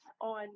on